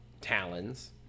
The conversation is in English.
talons